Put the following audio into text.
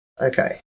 okay